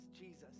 jesus